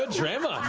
ah travis